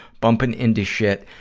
bumping into shit.